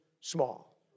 small